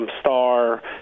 star